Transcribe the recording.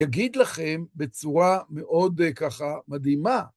אגיד לכם בצורה מאוד ככה מדהימה.